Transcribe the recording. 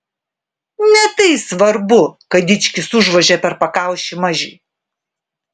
ne tai svarbu kad dičkis užvožia per pakaušį mažiui